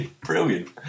Brilliant